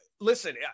Listen